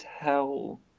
tell